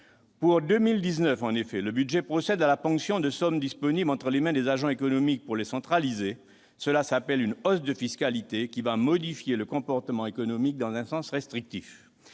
Pour 2019, en effet, le budget opère une ponction de sommes disponibles entre les mains des agents économiques pour les centraliser : cela s'appelle une hausse de la fiscalité, qui va modifier les comportements économiques dans un sens restrictif.